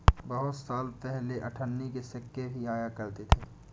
बहुत साल पहले अठन्नी के सिक्के भी आया करते थे